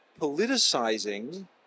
politicizing